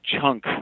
chunk